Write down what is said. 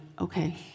okay